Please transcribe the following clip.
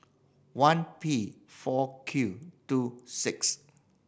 one P four Q two six